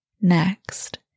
next